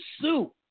sue